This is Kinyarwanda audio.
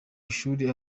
ishuri